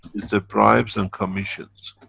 is the bribes and commissions.